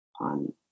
on